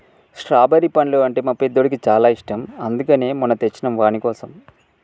strawberry పండ్లు అంటే మా పెద్దోడికి చాలా ఇష్టం అందుకనే మొన్న తెచ్చినం వానికోసం